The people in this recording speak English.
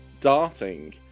darting